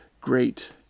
great